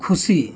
ᱠᱷᱩᱥᱤ